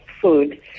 food